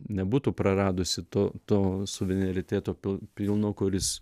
nebūtų praradusi to to suveneritėto pil pilno kuris